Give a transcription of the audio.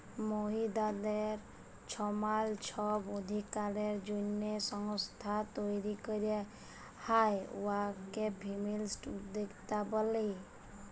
মহিলাদের ছমাল ছব অধিকারের জ্যনহে সংস্থা তৈরি ক্যরা হ্যয় উয়াকে ফেমিলিস্ট উদ্যক্তা ব্যলি